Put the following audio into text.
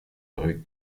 rue